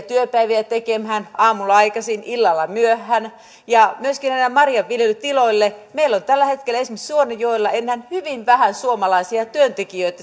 työpäiviä tekemään aamulla aikaisin illalla myöhään eikä myöskään näille marjanviljelytiloille meillä on tällä hetkellä esimerkiksi suonenjoella enää hyvin vähän suomalaisia työntekijöitä